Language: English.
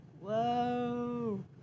Whoa